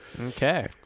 Okay